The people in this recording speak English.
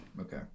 Okay